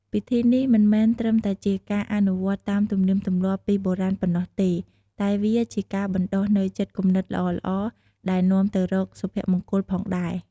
ពិធីនេះមិនមែនត្រឹមតែជាការអនុវត្តតាមទំនៀមទម្លាប់ពីបុរាណប៉ុណ្ណោះទេ តែវាជាការបណ្តុះនូវចិត្តគំនិតល្អៗដែលនាំទៅរកសុភមង្គលផងដែរ។